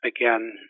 Again